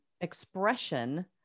expression